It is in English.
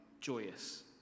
joyous